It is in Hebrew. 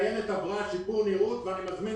הטיילת עברה שיפור נראות ואני מזמין